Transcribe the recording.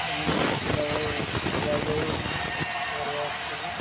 ଏମିତି ପିଲାବେଳେ ଯାଇ ଯାଇ ମୁଁ ମାଛ ଧରିବା ଶିଖିଛି